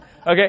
okay